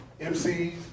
MCs